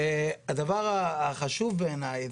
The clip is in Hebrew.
הדבר החשוב בעיניי,